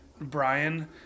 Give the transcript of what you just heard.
brian